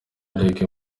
reggae